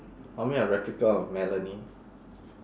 I'll make a replica of melanie